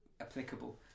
applicable